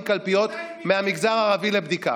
אנחנו העברנו 140 קלפיות מהמגזר הערבי לבדיקה.